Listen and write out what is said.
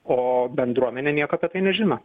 o bendruomenė nieko apie tai nežino